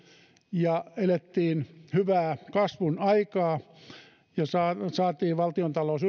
ja elettiin hyvää kasvun aikaa ja saatiin valtiontalous